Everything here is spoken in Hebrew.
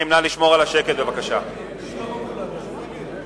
אדוני היושב-ראש,